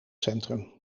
centrum